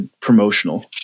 promotional